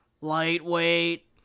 Lightweight